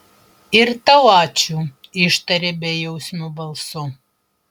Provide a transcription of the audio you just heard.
ir tau ačiū ištarė bejausmiu balsu